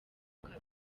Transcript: ukaba